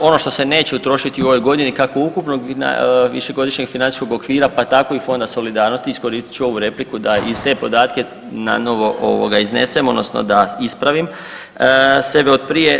Dakle, ono što se neće utrošiti u ovoj godini kako ukupnog višegodišnjeg financijskog okvira pa tako i Fonda solidarnosti, iskoristit ću ovu repliku da i te podatke nanovo iznesem odnosno da ispravim sebe od prije.